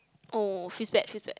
oh feels bad feels bad